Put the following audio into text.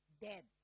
dead